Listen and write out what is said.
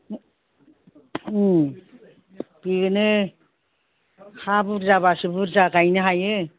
बेनो हा बुरजाबासो बुरजा गायनो हायो